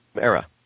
era